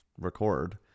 record